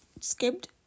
skipped